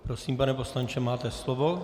Prosím, pane poslanče, máte slovo.